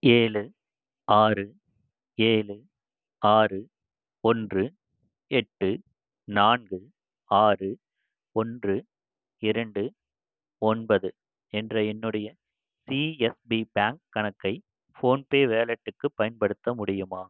ஏழு ஆறு ஏழு ஆறு ஒன்று எட்டு நான்கு ஆறு ஒன்று இரண்டு ஒன்பது என்ற என்னுடைய சிஎஸ்பி பேங்க் கணக்கை ஃபோன்பே வாலெட்டுக்கு பயன்படுத்த முடியுமா